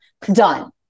done